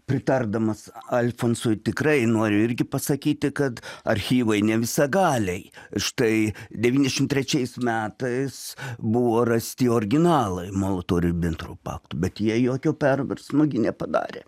pritardamas alfonsui tikrai noriu irgi pasakyti kad archyvai ne visagaliai štai devyniasdešim trečiais metais buvo rasti originalai molotovo ribentropo pakto bet jie jokio perversmo nepadarė